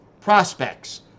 prospects